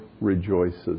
rejoices